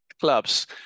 clubs